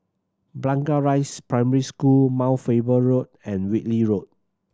Blangah Rise Primary School Mount Faber Road and Whitley Road